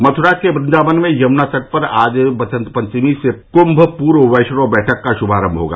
मथुरा के वेन्दावन में यमुना तट पर आज वसंत पंचमी से कुम्म पूर्व वैष्णव बैठक का शुभारम्भ होगा